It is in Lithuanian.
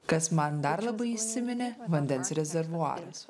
kas man dar labai įsiminė vandens rezervuaras